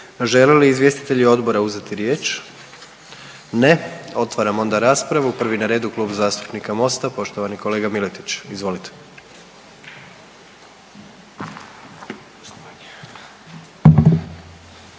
Žele li izvjestitelji odbora uzeti riječ? Ne. Otvaram onda raspravu. Prvi na redu, Kluba zastupnika Mosta, poštovani kolega Miletić, izvolite.